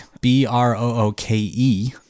B-R-O-O-K-E